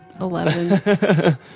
Eleven